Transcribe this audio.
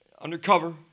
Undercover